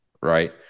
right